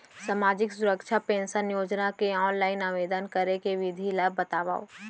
सामाजिक सुरक्षा पेंशन योजना के ऑनलाइन आवेदन करे के विधि ला बतावव